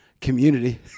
community